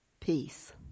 peace